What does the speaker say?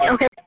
Okay